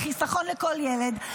לחיסכון לכל ילד,